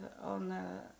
on